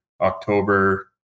October